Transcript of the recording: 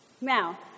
Now